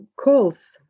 calls